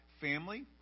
family